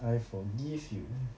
I forgive you